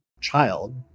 child